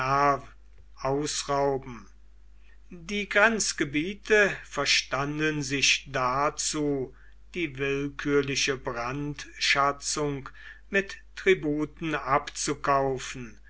ausrauben die grenzgebiete verstanden sich dazu die willkürliche brandschatzung mit tributen abzukaufen